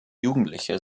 jugendliche